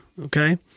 okay